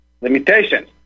limitations